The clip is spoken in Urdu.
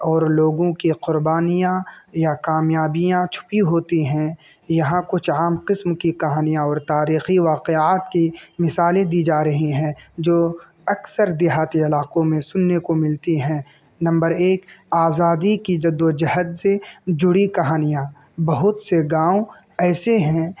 اور لوگوں کی قربانیاں یا کامیابیاں چھپی ہوتی ہیں یہاں کچھ عام قسم کی کہانیاں اور تاریخی واقعات کی مثالیں دی جا رہی ہیں جو اکثر دیہاتی علاقوں میں سننے کو ملتی ہیں نمبر ایک آزادی کی جد و جہدز جڑی کہانیاں بہت سے گاؤں ایسے ہیں